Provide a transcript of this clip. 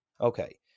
Okay